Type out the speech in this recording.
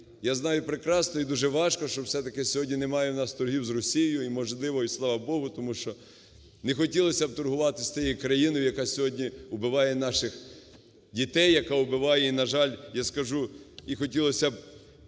Я знаю прекрасно і дуже важко, що все-таки сьогодні немає у нас торгів з Росією, і можливо, і Слава Богу, тому що не хотілося б торгувати з тією країною, яка сьогодні убиває наших дітей, яка убиває і, на жаль, я скажу… І хотілося би…